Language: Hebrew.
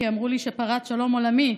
כי אמרו לי שפרץ שלום עולמי.